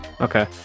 Okay